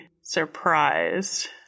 surprised